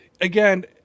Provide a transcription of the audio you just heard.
Again